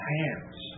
hands